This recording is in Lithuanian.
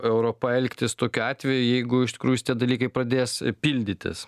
europa elgtis tokiu atveju jeigu iš tikrųjų dalykai pradės pildytis